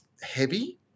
heavy